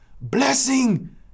blessing